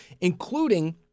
including